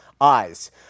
eyes